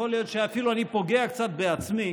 יכול להיות שאפילו אני פוגע קצת בעצמי,